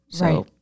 Right